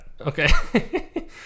Okay